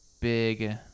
big